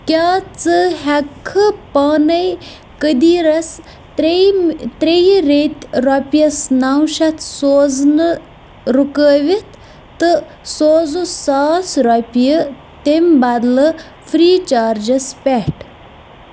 کیٛاہ ژٕ ہٮ۪ککھٕ پانَے قٔدیٖرَس ترٛیٚیہِ ترٛیٚیہِ ریٚتۍ رۄپیَس نَو شَتھ سوزنہٕ رُکٲوِتھ تہٕ سوزُس ساس رۄپیہِ تٔمۍ بدلہٕ فِرٛی چارجَس پٮ۪ٹھ